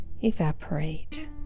evaporate